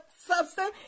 substance